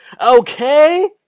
okay